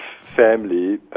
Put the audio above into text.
family